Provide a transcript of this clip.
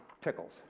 pickles